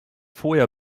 vorher